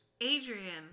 Adrian